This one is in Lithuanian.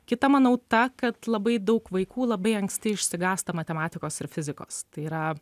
kita manau ta kad labai daug vaikų labai anksti išsigąsta matematikos ir fizikos tai yra